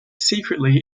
secretly